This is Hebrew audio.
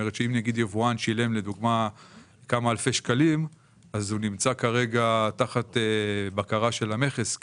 יבואן ששילם כמה אלפי שקלים נמצא תחת בקרה של המכס,